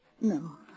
No